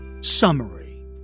Summary